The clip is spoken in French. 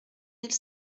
mille